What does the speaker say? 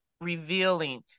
revealing